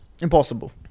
Impossible